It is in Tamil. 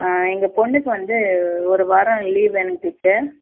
ஆ எங்கள் பொண்ணுக்கு வந்து ஒரு வாரம் லீவ் வேணுங்க டீச்சர்